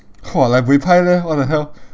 !wah! like buay pai leh what the hell